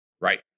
Right